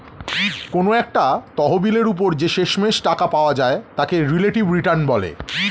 কোনো একটা তহবিলের উপর যে শেষমেষ টাকা পাওয়া যায় তাকে রিলেটিভ রিটার্ন বলে